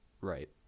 right